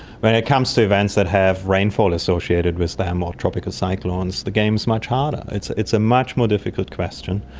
when it comes to events that have rainfall associated with them or tropical cyclones, the game is much harder. it's a much more difficult question.